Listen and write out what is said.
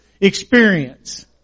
experience